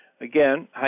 Again